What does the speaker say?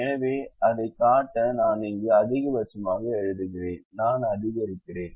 எனவே அதைக் காட்ட நான் இங்கு அதிகபட்சமாக எழுதுகிறேன் நான் அதிகரிக்கிறேன்